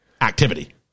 activity